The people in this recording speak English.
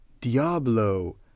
Diablo